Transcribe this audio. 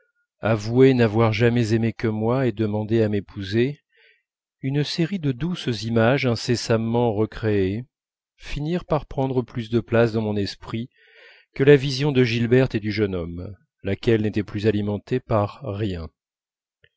avouait n'avoir jamais aimé que moi et demandait à m'épouser une série de douces images incessamment recréées finirent par prendre plus de place dans mon esprit que la vision de gilberte et du jeune homme laquelle n'était plus alimentée par rien